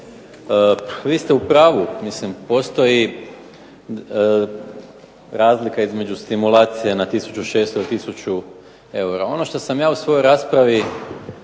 Vi ste u pravu, mislim postoji razlika između stimulacije na 1600 i 1000 eura. Ono što sam ja u svojoj raspravi